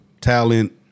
talent